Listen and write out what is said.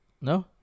No